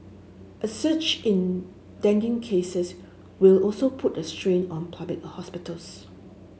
a search in dengue cases will also put a strain on public hospitals